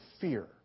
fear